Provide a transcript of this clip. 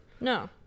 no